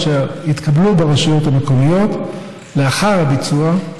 התשלומים בפועל שהתקבלו ברשויות המקומות לאחר הביצוע,